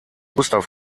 gustav